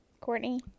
Courtney